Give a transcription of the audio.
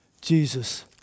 Jesus